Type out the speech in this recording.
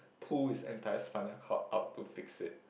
pull his entire spinal cord out to fix it